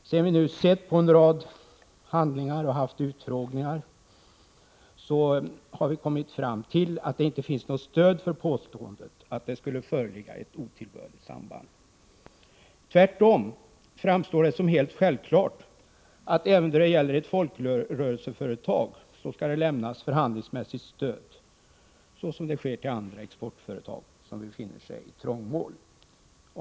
föstelsem:m. av: Sedan vi sett en rad handlingar och haft utfrågningar har vi kommit fram seende Algeriet till att det inte finns något stöd för påståendet att det skulle föreligga ett otillbörligt samband. Tvärtom framstår det som helt självklart att även då det gäller ett folkrörelseföretag skall man lämna förhandlingsmässigt stöd, såsom sker till andra exportföretag som befinner sig i trångmål.